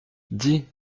dis